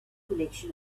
collection